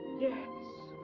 yes.